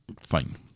Fine